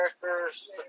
characters